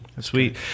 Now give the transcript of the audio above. sweet